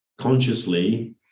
Consciously